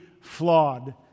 flawed